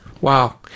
Wow